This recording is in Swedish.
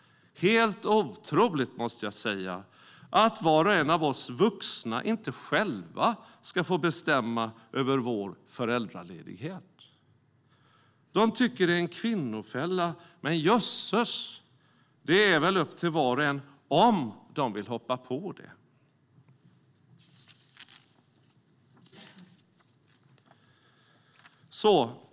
Helt otroligt måste jag säga, att var och en av oss vuxna inte själva ska få bestämma över vår föräldraledighet. De tycker att det är en kvinnofälla. Men jösses! Det är väl upp till var och en om de vill hoppa på det.